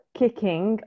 kicking